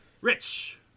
Rich